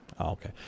Okay